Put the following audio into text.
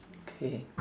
okay